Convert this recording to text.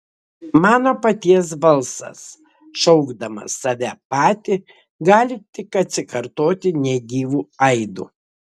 mano paties balsas šaukdamas save patį gali tik atsikartoti negyvu aidu